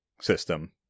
system